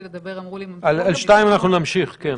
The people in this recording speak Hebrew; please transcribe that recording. לבחינת בהסתייעותהצורך בהמשך ההסתייעות בשירות לפי חוק זה,